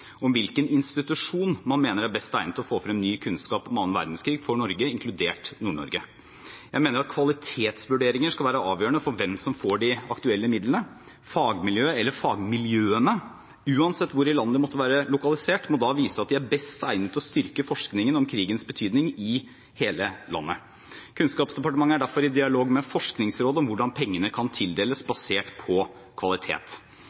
hvilken institusjon man mener er best egnet til å få frem ny kunnskap om annen verdenskrig for Norge, inkludert Nord-Norge. Jeg mener at kvalitetsvurderinger skal være avgjørende for hvem som får de aktuelle midlene. Fagmiljøet eller fagmiljøene – uansett hvor i landet de måtte være lokalisert – må da vise at de er best egnet til å styrke forskningen om krigens betydning i hele landet. Kunnskapsdepartementet er derfor i dialog med Forskningsrådet om hvordan pengene kan tildeles, basert på kvalitet.